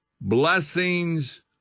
Blessings